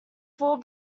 four